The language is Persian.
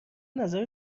نظر